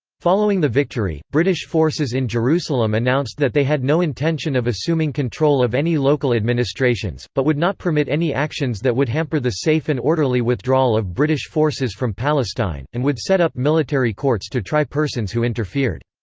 following the victory, british forces in jerusalem announced that they had no intention of assuming control of any local administrations, but would not permit any actions that would hamper the safe and orderly withdrawal of british forces from palestine, and would set up military courts to try persons who interfered.